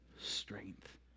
strength